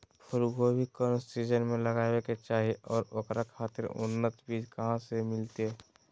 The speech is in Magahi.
फूलगोभी कौन सीजन में लगावे के चाही और ओकरा खातिर उन्नत बिज कहा से मिलते?